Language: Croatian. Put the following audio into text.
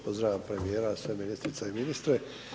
Pozdravljam premijera, sve ministrice i ministre.